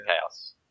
chaos